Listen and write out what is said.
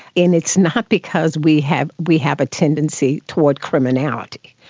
and it's not because we have we have a tendency towards criminality.